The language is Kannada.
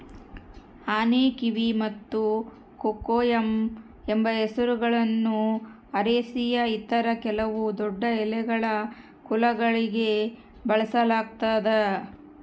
ಆನೆಕಿವಿ ಮತ್ತು ಕೊಕೊಯಮ್ ಎಂಬ ಹೆಸರುಗಳನ್ನು ಅರೇಸಿಯ ಇತರ ಕೆಲವು ದೊಡ್ಡಎಲೆಗಳ ಕುಲಗಳಿಗೆ ಬಳಸಲಾಗ್ತದ